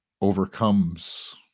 overcomes